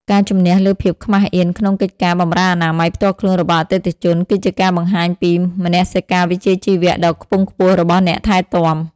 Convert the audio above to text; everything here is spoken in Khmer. ការជំនះលើភាពខ្មាសអៀនក្នុងកិច្ចការបម្រើអនាម័យផ្ទាល់ខ្លួនរបស់អតិថិជន គឺជាការបង្ហាញពីមនសិការវិជ្ជាជីវៈដ៏ខ្ពង់ខ្ពស់របស់អ្នកថែទាំ។